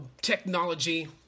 technology